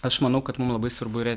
aš manau kad mum labai svarbu yra